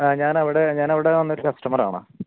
ഞാൻ അവിടെ ഞാൻ അവിടെ വന്നൊരു കസ്റ്റമറാണ്